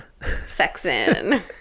sexin